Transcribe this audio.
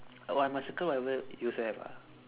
oh I must circle whatever you also have ah